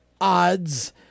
odds